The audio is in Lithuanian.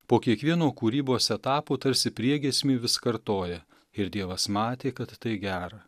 po kiekvieno kūrybos etapo tarsi priegiesmį vis kartoja ir dievas matė kad tai gera